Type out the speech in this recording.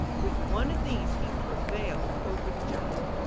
with one of these he prevailed over the giant.